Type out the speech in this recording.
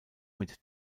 mit